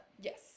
yes